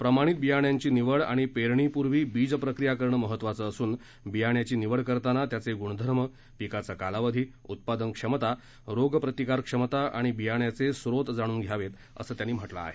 प्रमाणित बियाण्यांची निवड आणि पेरणीपूर्वी बीजप्रक्रिया करणं महत्वाचं असून बियाण्याची निवड करताना त्याचे गुणधर्म पिकाचा कालावधी उत्पादन क्षमता रोग प्रतिकार क्षमता आणि बियाण्याचे स्त्रोत जाणून घ्यावे असं त्यांनी म्हटलं आहे